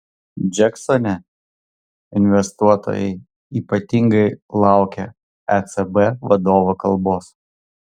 džeksone investuotojai ypatingai laukė ecb vadovo kalbos